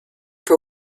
for